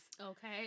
Okay